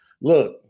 look